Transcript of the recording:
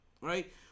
right